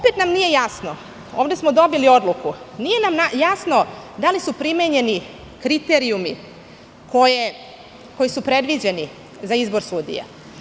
Nije nam jasno, ovde smo dobili odluku, da li su primenjeni kriterijumi koji su predviđeni za izbor sudija?